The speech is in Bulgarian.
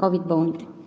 ковид болните.